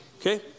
Okay